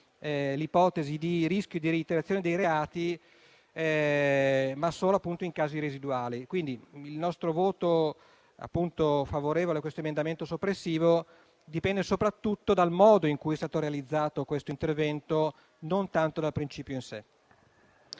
l'ipotesi di rischio di reiterazione dei reati, quindi solo in casi residuali. Quindi, il nostro voto favorevole a questo emendamento soppressivo dipende soprattutto dal modo in cui è stato realizzato questo intervento, non tanto dal principio in sé.